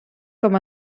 com